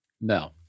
No